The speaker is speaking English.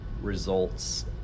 results